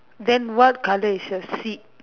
then what colour is the seat